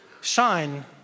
Shine